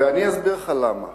ואני אסביר לך למה.